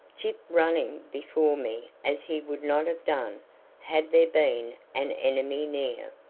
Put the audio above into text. gyp running before me as he would not have done had there been an enemy near.